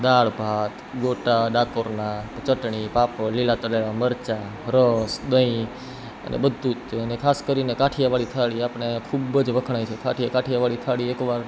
દાળ ભાત ગોટા ડાકોરના ચટણી પાપડ લીલા તળેલા મરચાં રસ દહીં અને બધું જ તે અને ખાસ કરીને કાઠિયાવાડી થાળી આપણે ખૂબ જ વખણાય છે કાઠિયાવાડી થાળી એકવાર